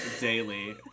daily